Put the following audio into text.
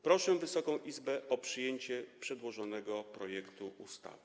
Proszę Wysoką Izbę o przyjęcie przedłożonego projektu ustawy.